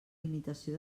limitació